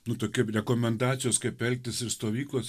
nutuokia rekomendacijos kaip elgtis ir stovyklos